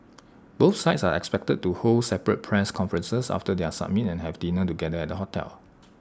both sides are expected to hold separate press conferences after their summit and have dinner together at the hotel